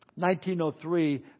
1903